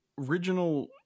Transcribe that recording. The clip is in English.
original